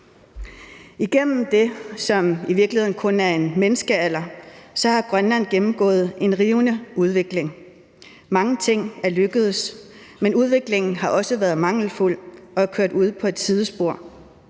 Igennem det, som i virkeligheden kun er en menneskealder, har Grønland gennemgået en rivende udvikling. Mange ting er lykkedes, men udviklingen har også været mangelfuld og er kørt ud på et sidespor.